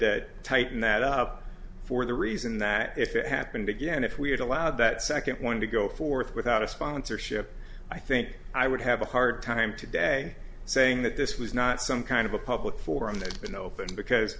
that tighten that up for the reason that if it happened again if we had allowed that second one to go forth without a sponsorship i think i would have a hard time today saying that this was not some kind of a public forum that been open because